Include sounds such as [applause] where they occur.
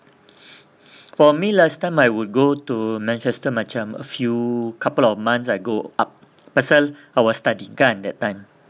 [breath] for me last time I would go to manchester macam a few couple of months I go up pasal I was studying kan that time